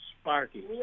Sparky